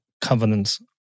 covenants